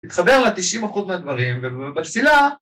‫התחבר לתשעים אחוז מהדברים, ‫ובשנאה...